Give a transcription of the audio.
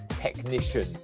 technician